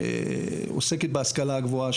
שעוסקת בהשכלה הגבוהה,